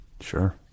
Sure